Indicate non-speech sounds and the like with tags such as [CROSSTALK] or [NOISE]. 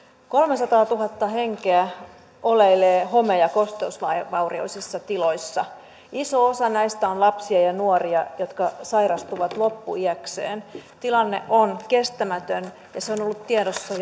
kolmesataatuhatta henkeä oleilee home ja kosteusvaurioisissa tiloissa iso osa näistä on lapsia ja ja nuoria jotka sairastuvat loppuiäkseen tilanne on kestämätön ja se on ollut tiedossa [UNINTELLIGIBLE]